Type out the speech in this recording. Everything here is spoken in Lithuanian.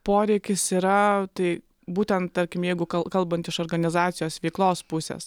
poreikis yra tai būtent tarkim jeigu kal kalbant iš organizacijos veiklos pusės